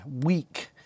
weak